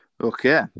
okay